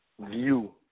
view